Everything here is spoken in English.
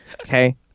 okay